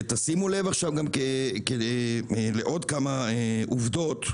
תשימו לב לעוד כמה עובדות,